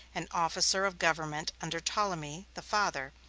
an officer of government under ptolemy, the father.